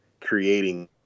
creating